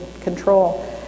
control